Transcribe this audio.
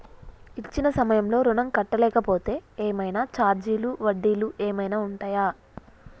ఇచ్చిన సమయంలో ఋణం కట్టలేకపోతే ఏమైనా ఛార్జీలు వడ్డీలు ఏమైనా ఉంటయా?